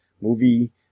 movie